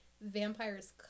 vampires